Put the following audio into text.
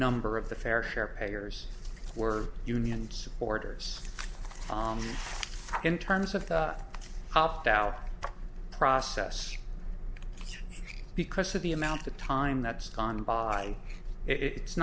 number of the fair share payers were union supporters in terms of the opt out process because of the amount of time that's gone by it's